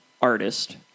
artist